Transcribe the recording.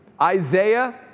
isaiah